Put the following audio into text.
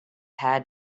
had